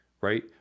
right